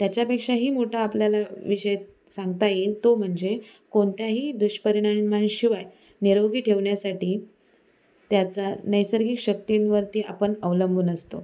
त्याच्यापेक्षाही मोठा आपल्याला विषय सांगता येईल तो म्हणजे कोणत्याही दुष्परिणामांशिवाय निरोगी ठेवण्यासाठी त्याचा नैसर्गिक शक्तींवरती आपण अवलंबून असतो